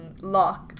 lock